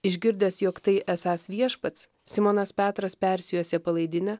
išgirdęs jog tai esąs viešpats simonas petras persijuosė palaidinę